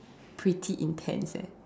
pretty intense eh